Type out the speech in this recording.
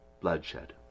bloodshed